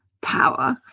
power